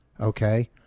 Okay